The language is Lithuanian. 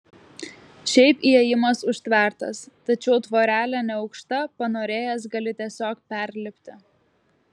šiaip įėjimas užtvertas tačiau tvorelė neaukšta panorėjęs gali tiesiog perlipti